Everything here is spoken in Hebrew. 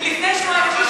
לפני שבועיים.